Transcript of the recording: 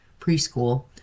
preschool